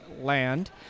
land